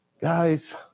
guys